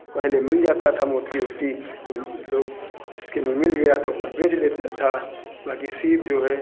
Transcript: तो पहले मिल जाता था मोती ओती तो लोग जिसके में मिल गया तो अपना बेच लेता था बाकी सीप जो है